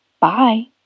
Bye